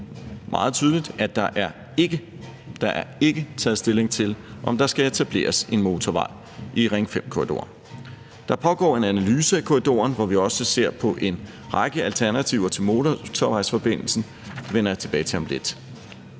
meget tydeligt, at der ikke er taget stilling til, om der skal etableres en motorvej i Ring 5-korridoren. Der pågår en analyse af korridoren, hvor vi også ser på en række alternativer til en motorvejsforbindelse. Det vender jeg tilbage til om lidt.